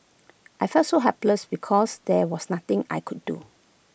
I felt so helpless because there was nothing I could do